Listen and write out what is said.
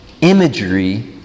imagery